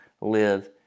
live